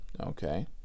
Okay